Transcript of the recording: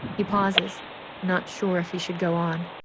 he pauses not sure if he should go on.